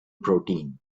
protein